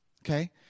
Okay